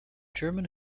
german